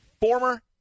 former